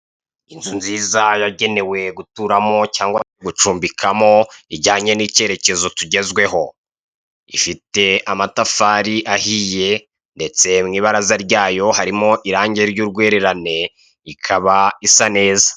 Inzu nziza yagenewe guturamo cyangwa gucumbikamo ijyanye n'icyerekezo kizweho, ifite amatafari ahiye ndetse mu ibaraza ryayo harimo irange ry'urwererane ikaba isa neza.